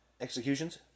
Executions